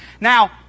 Now